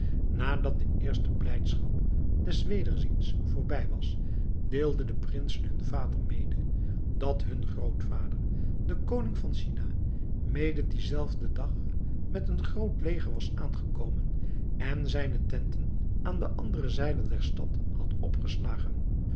nadat de eerste blijdschap des wederziens voorbij was deelden de prinsen hunnen vader mede dat hun grootvader de koning van china mede dien zelfden dag met een groot leger was aangekomen en zijne tenten aan de andere zijde der stad had opgeslagen